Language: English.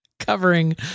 covering